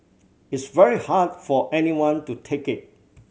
it's very hard for anyone to take it